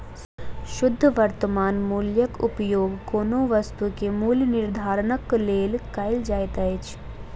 शुद्ध वर्त्तमान मूल्यक उपयोग कोनो वस्तु के मूल्य निर्धारणक लेल कयल जाइत अछि